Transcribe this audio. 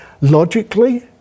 Logically